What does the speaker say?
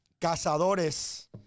Cazadores